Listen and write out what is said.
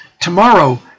Tomorrow